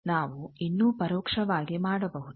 ನಾವು ಇನ್ನೂ ಪರೋಕ್ಷವಾಗಿ ಮಾಡಬಹುದು